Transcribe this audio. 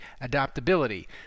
adaptability